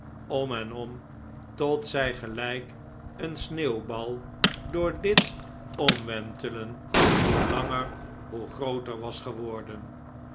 om en om tot zij gelijk een sneeuwbal door dit omwentelen hoe langer hoe grooter was geworden